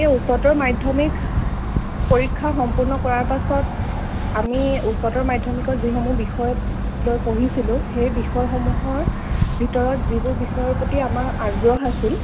এই উচ্চতৰ মাধ্যমিক পৰীক্ষা সম্পূৰ্ণ কৰাৰ পাছত আমি উচ্চতৰ মাধ্যমিকত যিসমূহ বিষয় লৈ পঢ়িছিলোঁ সেই বিষয়সমূহৰ ভিতৰত যিবোৰ বিষয়ৰ প্ৰতি আমাৰ আগ্ৰহ আছিল